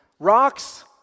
Rocks